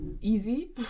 easy